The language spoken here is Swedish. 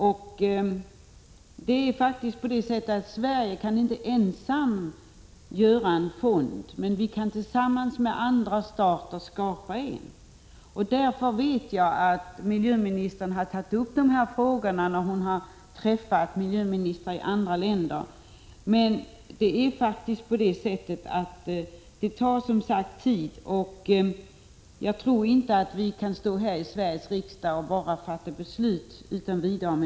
Vi i Sverige kan faktiskt inte ensamma bygga upp denna fond, men tillsammans med andra stater kan vi skapa en sådan. Jag vet att miljöministern har tagit upp dessa frågor vid sammanträffanden med miljöministrar från andra länder, men det är fråga om en uppgift som tar tid. Vi kan inte här i riksdagen utan vidare fatta beslut om en sådan fond.